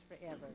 forever